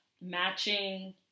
matching